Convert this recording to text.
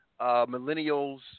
millennials